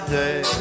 day